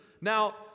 Now